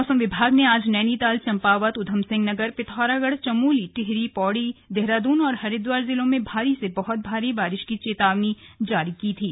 मौसम विभाग ने आज नैनीताल चंपावत उधमसिंह नगर पिथौरागढ़ चमोली टिहरी पौड़ी देहरादून और हरिद्वार जिलों में भारी से बहुत भारी बारिश की चेतावनी जारी की थी